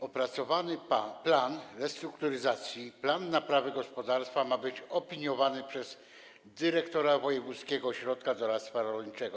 Opracowany plan restrukturyzacji, plan naprawy gospodarstwa ma być opiniowany przez dyrektora wojewódzkiego ośrodka doradztwa rolniczego.